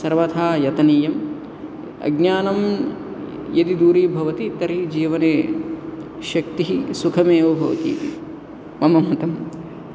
सर्वथा यतनीयम् अज्ञानं यदि दूरीभवति तर्हि जीवने शक्तिः सुखमेव भवति मम मतम्